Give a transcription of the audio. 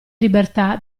libertà